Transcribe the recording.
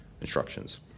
instructions